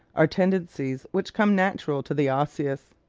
are tendencies which come natural to the osseous.